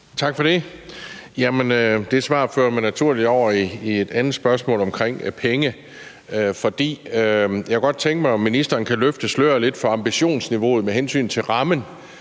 Tak for det. Det svar fører mig naturligt over til et andet spørgsmål om penge. Jeg kunne godt tænke mig at høre, om ministeren kunne løfte sløret lidt for ambitionsniveauet med hensyn til rammen